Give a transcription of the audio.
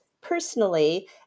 personally